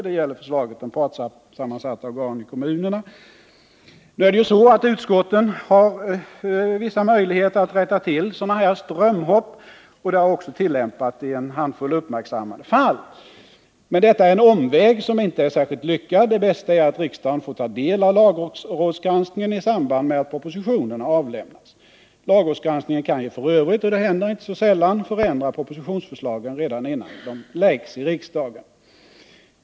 Det gäller förslaget om partssammansatta organ i kommunerna. Utskotten har vissa möjligheter att rätta till sådana strömhopp, och det har också tillämpats i en handfull uppmärksammade fall. Men detta är en omväg som inte är särskilt lyckad. Det bästa är att riksdagen får ta del av lagrådsgranskningen i samband med att propositionerna avlämnas. Lagrådsgranskningen kan ju f. ö. — och det händer inte så sällan — förändra propositionsförslagen redan innan de läggs fram i riksdagen.